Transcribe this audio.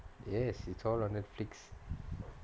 yes it's all on Netflix